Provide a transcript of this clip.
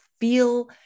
feel